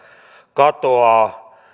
katoaa